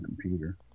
computer